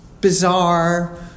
bizarre